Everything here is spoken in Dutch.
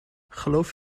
geloof